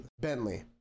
Bentley